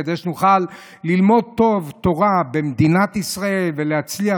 כדי שנוכל ללמוד טוב תורה במדינת ישראל ולהצליח